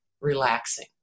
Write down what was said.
relaxing